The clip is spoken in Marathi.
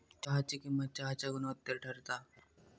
चहाची किंमत चहाच्या गुणवत्तेवर ठरता